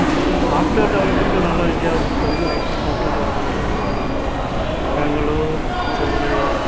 அப்புறோம் software development நல்லா இந்தியாவை பொருத்த வரைக்கும் ஐடி சாஃப்ட்வேர் டெவெலப்மெண்ட்டும் நல்லா பெங்களூர் சென்னை